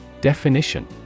Definition